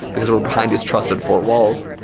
because we're behind this trusted four walls.